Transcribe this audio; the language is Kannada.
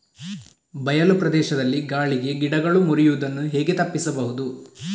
ಬಯಲು ಪ್ರದೇಶದಲ್ಲಿ ಗಾಳಿಗೆ ಗಿಡಗಳು ಮುರಿಯುದನ್ನು ಹೇಗೆ ತಪ್ಪಿಸಬಹುದು?